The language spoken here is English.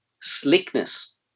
slickness